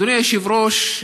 אדוני היושב-ראש,